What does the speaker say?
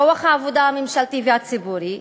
כוח העבודה הממשלתי והציבורי,